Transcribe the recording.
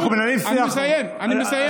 אנחנו מנהלים שיח, אני מסיים, אני מסיים.